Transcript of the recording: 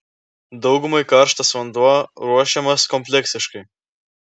daugumai karštas vanduo ruošiamas kompleksiškai